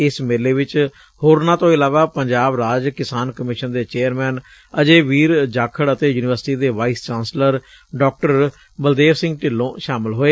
ਇਸ ਮੇਲੇ ਵਿਚ ਹੋਰਨਾਂ ਤੋਂ ਇਲਾਵਾ ਪੰਜਾਬ ਰਾਜ ਕਿਸਾਨ ਕਮਿਸ਼ਨ ਦੇ ਚੇਅਰਮੈਨ ਅਜੇਵੀਰ ਜਾਖੜ ਅਤੇ ਯੂਨੀਵਰਸਿਟੀ ਦੇ ਵਾਇਸ ਚਾਂਸਲਰ ਡਾ ਬਲਦੇਵ ਸਿੰਘ ਢਿੱਲੋਂ ਸ਼ਾਮਲ ਹੋਏ